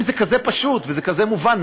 אם זה כזה פשוט וכזה מובן,